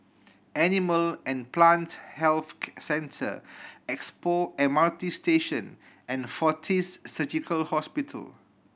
Animal and Plant Health Centre Expo M R T Station and Fortis Surgical Hospital